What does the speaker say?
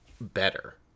better